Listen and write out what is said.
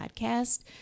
podcast